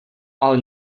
ale